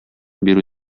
бирү